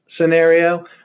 scenario